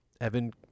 Evan